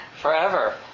forever